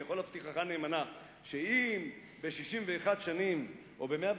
אני יכול להבטיחך נאמנה, שאם ב-61 שנים או ב-150